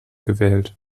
gewählt